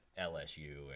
LSU